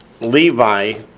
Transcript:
Levi